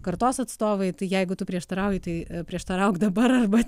kartos atstovai tai jeigu tu prieštarauji tai prieštarauk dabar arba